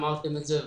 אמרתם את זה.